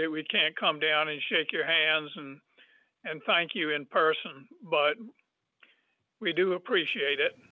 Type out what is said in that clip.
that we can't come down and shake your hand and thank you in person but we do appreciate it